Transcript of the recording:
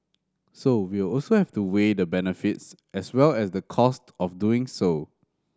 so we'll also have to weigh the benefits as well as the cost of doing so